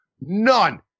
none